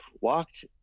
walked